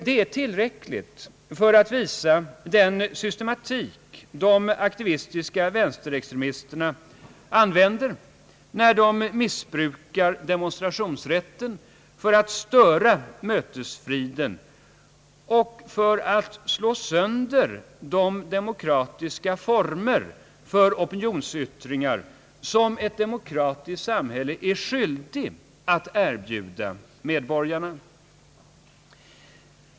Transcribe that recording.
Det är tillräckligt för att visa den systematik som de aktivistiska vänsterextremisterna använder när de missbrukar demonstrationsrätten för att störa mötesfriden och för att slå sönder de demokratiska former för opinionsyttringar som ett demokratiskt samhälle är skyldigt att erbjuda medborgarna.